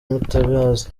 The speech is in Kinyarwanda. mutabazi